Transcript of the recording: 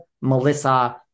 Melissa